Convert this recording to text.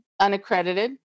unaccredited